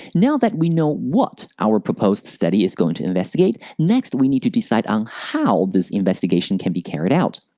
now that we know what our proposed study is going to investigate, next we need to decide on how this investigation can be carried out.